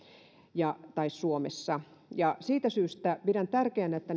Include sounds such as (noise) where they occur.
suomessa siitä syystä pidän tärkeänä että (unintelligible)